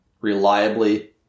reliably